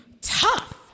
tough